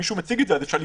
אפשר לבדוק.